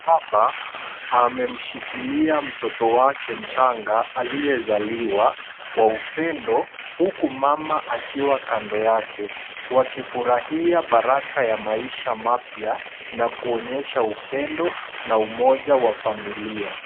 Baba amemshikilia mtoto wake mchanga aliyezaliwa kwa upendo, huku mama akiwa kando yake, wakifurahia baraka ya maisha mapya, na kuonyesha upendo na umoja wa familia.